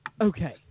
Okay